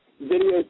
video